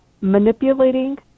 manipulating